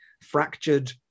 fractured